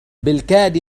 بالكاد